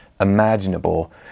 imaginable